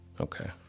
Okay